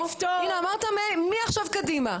הנה, אמרת מעכשיו קדימה.